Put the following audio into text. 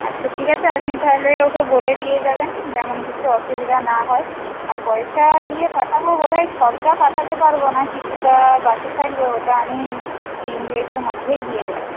আচ্ছা ঠিক আছে আপনি তাহলে ওকে বলে দিয়ে যাবেন যেমন কিছু অসুবিধা না হয় আর পয়সা দিয়ে পাঠাব বোধহয় সবটা পাঠাতে পারব না কিছুটা বাকি থাকবে ওটা আমি দিন দুয়েকের মধ্যেই দিয়ে দেবো